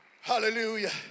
Hallelujah